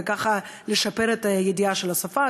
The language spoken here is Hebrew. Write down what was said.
וכך לשפר את ידיעת השפה,